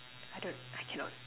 I don't I cannot